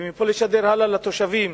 ומפה לשדר הלאה לתושבים,